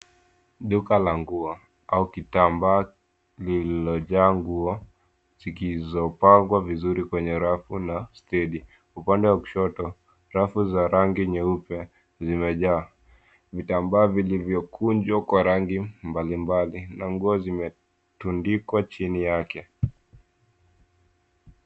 Duka la nguo au kitambaa lililojaa nguo zilizopangwa vizuri kwenye rafu na stendi. Upande wa kushoto, rafu za rangi nyeupe zimejaa vitambaa vilivyokunjwa kwa rangi mbalimbali na nguo zimetundikwa chini yake.